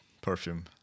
perfume